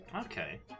Okay